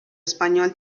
español